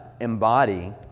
embody